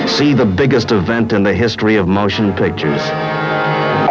see the biggest event in the history of motion picture